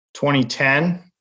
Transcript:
2010